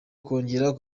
kongera